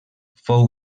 fou